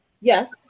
Yes